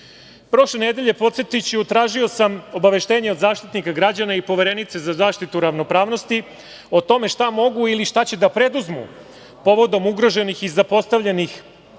čujem. Prošle nedelje, podsetiću, tražio sam obaveštenje od Zaštitnika građana i Poverenice za zaštitu ravnopravnosti o tome šta mogu ili šta će da preduzmu povodom ugroženih i zapostavljenih sloboda